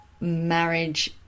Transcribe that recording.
marriage